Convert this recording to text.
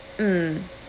mm